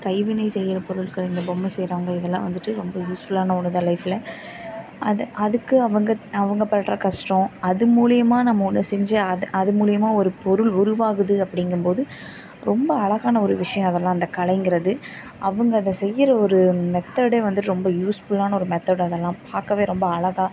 கைவினை செய்கிற பொருட்கள் இந்த பொம்மை செய்கிறவங்க இதெல்லாம் வந்துட்டு ரொம்ப யூஸ்ஃபுல்லான ஒன்று தான் லைஃப்பில் அதை அதுக்கு அவங்க அவங்க படுற கஷ்டம் அது மூலயமா நம்ம ஒன்று செஞ்சு அதை அது மூலயமா ஒரு பொருள் உருவாகுது அப்படிங்கும் போது ரொம்ப அழகான ஒரு விஷயம் அதெல்லாம் அந்த கலைங்கிறது அவங்க அதை செய்கிற ஒரு மெத்தடே வந்து ரொம்ப யூஸ்ஃபுல்லான ஒரு மெத்தேட் அதெலாம் பார்க்கவே ரொம்ப அழகா